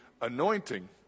anointing